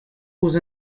ouzh